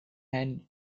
end